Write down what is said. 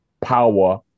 power